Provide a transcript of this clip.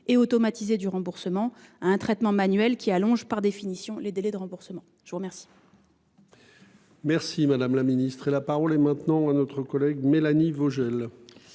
et automatisé du remboursement à un traitement manuel qui allonge, par définition, les délais de remboursement. La parole